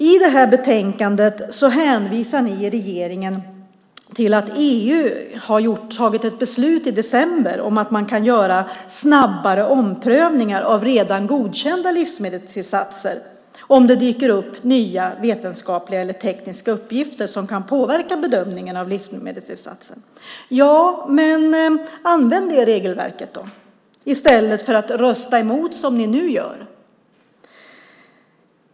I betänkandet hänvisar ni i majoriteten till att EU i december fattade ett beslut om att man kan göra snabbare omprövningar av redan godkända livsmedelstillsatser om det dyker upp nya vetenskapliga eller tekniska uppgifter som kan påverka bedömningen av livsmedelstillsatser. Men använd det regelverket i stället för att rösta emot som ni nu gör!